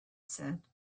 said